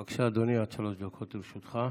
בבקשה, אדוני, עד שלוש דקות לרשותך.